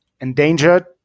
endangered